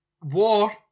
war